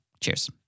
Cheers